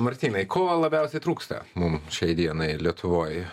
martynai ko labiausiai trūksta mum šiai dienai lietuvoj